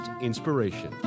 inspiration